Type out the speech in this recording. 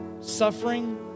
suffering